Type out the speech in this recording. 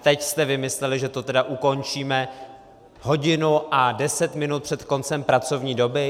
Teď jste vymysleli, že to tedy ukončíme hodinu a deset minut před koncem pracovní doby?